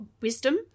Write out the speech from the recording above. wisdom